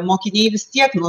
mokiniai vis tiek nu